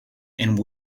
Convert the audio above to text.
and